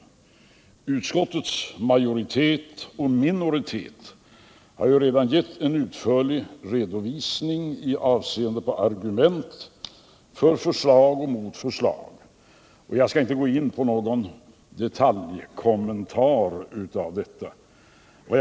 Såväl utskottets majoritet som dess minoritet har redan lämnat en utförlig redovisning i avseende på argument för förslag och motförslag. Jag skall inte gå in på någon detaljkommentar i det sammanhanget.